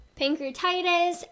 pancreatitis